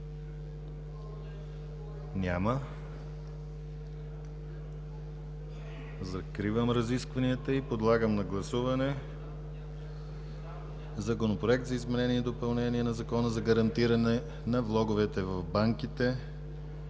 Няма. Закривам разискванията и подлагам на гласуване Законопроект за изменение и допълнение на Закона за гарантиране на влоговете в банките,